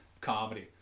comedy